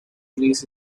release